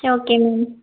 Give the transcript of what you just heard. சரி okay ma'am